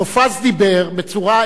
מופז דיבר בצורה,